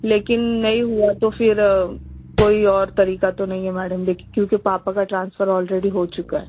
لیکن نہیں ہوا تو پھر کوئی اور طریقہ تو نہیں ہے میڈم دیکھیے کیونکہ پاپا کا ٹرانسفر آلریڈی ہو چکا ہے